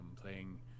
playing